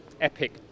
epic